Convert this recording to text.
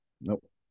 nope